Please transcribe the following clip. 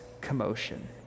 commotion